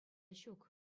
ҫук